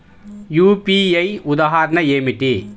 UPI ఉదాహరణ ఏమిటి?